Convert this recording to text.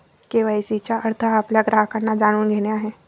KYC चा अर्थ आपल्या ग्राहकांना जाणून घेणे आहे